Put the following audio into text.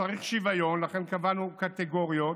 שצריך שוויון, לכן קבענו קטגוריות,